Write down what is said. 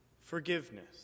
Forgiveness